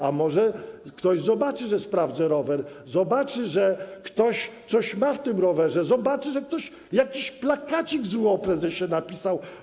A może ktoś zobaczy, że sprawdzę rower, zobaczy, że ktoś coś ma na tym rowerze, zobaczy, że ktoś jakiś plakacik zły o prezesie napisał.